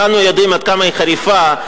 וכולנו יודעים כמה היא חריפה,